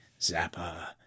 Zappa